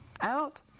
out